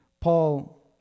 Paul